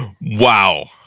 Wow